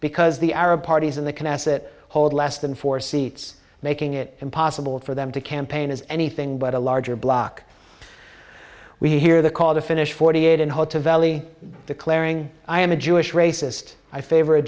because the arab parties in the knesset hold less than four seats making it impossible for them to campaign as anything but a larger bloc we hear the call to finish forty eight and hold to valley declaring i am a jewish racist i favor a